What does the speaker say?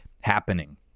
happening